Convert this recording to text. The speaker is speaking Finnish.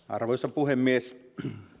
arvoisa puhemies